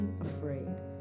afraid